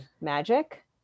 magic